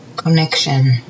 Connection